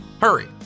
Hurry